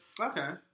Okay